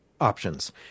options